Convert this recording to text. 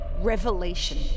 Revelation